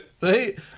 right